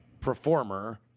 performer